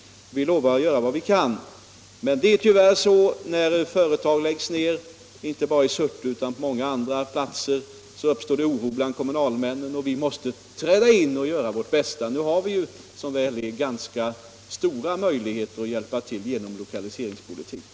Vi lovar att göra vad vi kan. Det är tyvärr så att när företag läggs ner — inte bara i Surte utan på många andra platser — uppstår oro bland kommunalmännen, och vi måste då träda in och göra vårt bästa. Som väl är har vi numera ganska stora möjligheter att hjälpa till genom lokaliseringspolitiken.